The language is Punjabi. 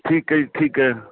ਠੀਕ ਹੈ ਜੀ ਠੀਕ ਹੈ